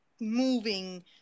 moving